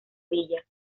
villa